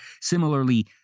Similarly